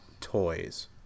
toys